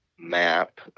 map